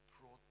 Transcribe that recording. brought